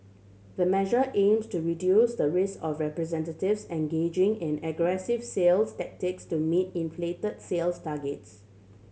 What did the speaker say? the measure aims to reduce the risk of representatives engaging in aggressive sales tactics to meet inflated sales targets